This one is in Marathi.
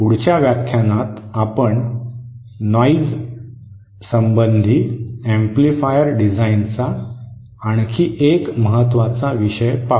पुढच्या व्याख्यानात आपण नोईज सम्बन्धी एम्पलीफायर डिझाइनचा आणखी एक महत्त्वाचा विषय पाहू